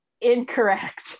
incorrect